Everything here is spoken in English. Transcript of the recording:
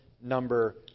number